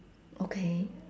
okay